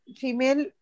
female